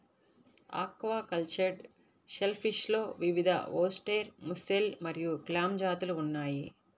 aquacultured షెల్ఫిష్లో వివిధఓస్టెర్, mussel మరియు క్లామ్ జాతులు ఉన్నాయి